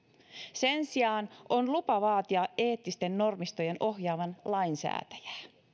sen sijaan on lupa vaatia eettisten normistojen ohjaavan lainsäätäjää